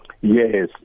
Yes